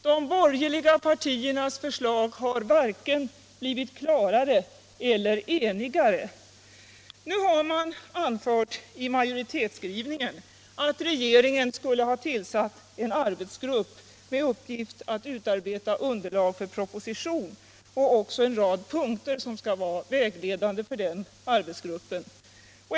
De borgerliga partiernas förslag har varken blivit klarare eller enigare. Nu har man anfört i majoritetsskrivningen i utskottsbetänkandet att regeringen skulle ha tillsatt en arbetsgrupp med uppgift att utarbeta underlag för proposition. Man har också angett en rad punkter som skall vara vägledande för den arbetsgruppen.